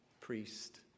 priest